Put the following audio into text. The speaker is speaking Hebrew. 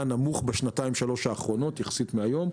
נמוך בשנתיים-שלוש האחרונות יחסית להיום.